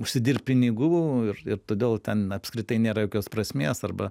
užsidirbt pinigų ir ir todėl ten apskritai nėra jokios prasmės arba